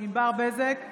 ענבר בזק,